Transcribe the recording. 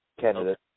candidate